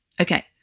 Okay